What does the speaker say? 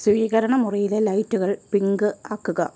സ്വീകരണമുറിയിലെ ലൈറ്റുകൾ പിങ്ക് ആക്കുക